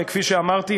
כפי שאמרתי,